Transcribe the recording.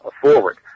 forward